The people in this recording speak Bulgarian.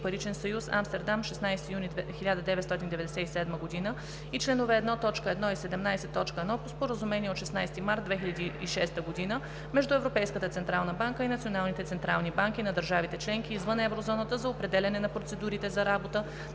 паричен съюз Амстердам, 16 юни 1997 г., и членове 1.1 и 17.1 от Споразумение от 16 март 2006 г. между Европейската централна банка и националните централни банки на държавите членки извън eврозоната за определяне на процедурите за работа